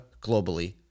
globally